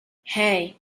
hey